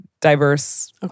diverse